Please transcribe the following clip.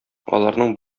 аларның